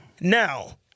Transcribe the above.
Now